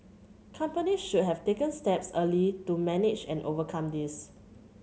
companies should have taken steps early to manage and overcome this